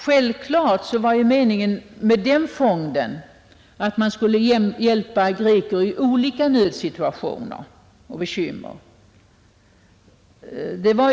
Självfallet var meningen med denna fond att greker i olika nödsituationer och med olika bekymmer skulle få hjälp.